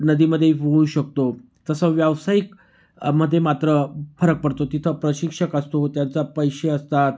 नदीमध्येही पोहू शकतो तसं व्यावसायिक मध्ये मात्र फरक पडतो तिथं प्रशिक्षक असतो त्यांचे पैसे असतात